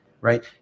Right